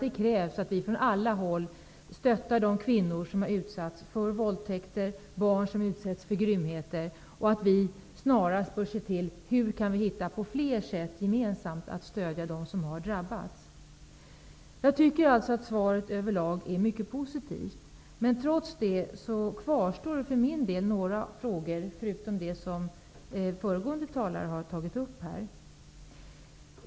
Det krävs att vi från alla håll stöttar de kvinnor som har utsatts för våldtäkter och de barn som har utsatts för grymheter och att vi snarast bör se till att hitta på flera sätt att gemensamt stödja dem som har drabbats. Jag tycker alltså att svaret över lag är mycket positivt, men trots det kvarstår för min del några frågor, förutom dem som föregående talare har tagit upp.